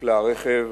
נקלע הרכב